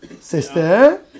sister